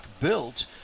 built